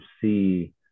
see